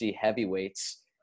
heavyweights